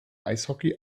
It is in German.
eishockey